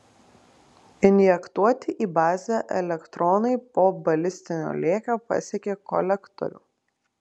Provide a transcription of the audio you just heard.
injektuoti į bazę elektronai po balistinio lėkio pasiekia kolektorių